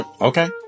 okay